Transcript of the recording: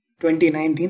2019